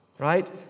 Right